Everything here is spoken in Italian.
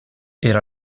era